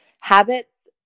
Habits